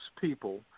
people